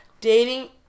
dating